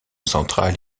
central